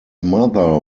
mother